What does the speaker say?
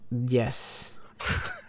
Yes